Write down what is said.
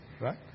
Right